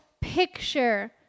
picture